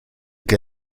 que